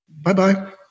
Bye-bye